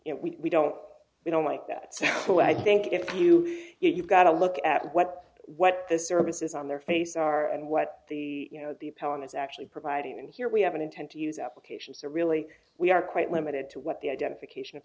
know we don't we don't like that so i think if you you've got to look at what what the services on their face are and what the you know the palin is actually providing and here we have an intent to use applications to really we are quite limited to what the identification of